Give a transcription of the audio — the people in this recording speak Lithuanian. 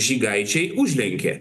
žygaičiai užlenkė